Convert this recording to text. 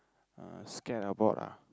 uh scared about ah